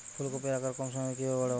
ফুলকপির আকার কম সময়ে কিভাবে বড় হবে?